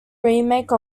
remake